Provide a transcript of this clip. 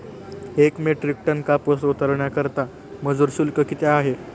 एक metric ton कापूस उतरवण्याकरता मजूर शुल्क किती आहे?